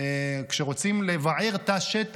כשרוצים לבער תא שטח,